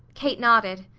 kate nodded.